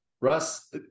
russ